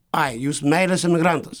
ai jūs meilės emigrantas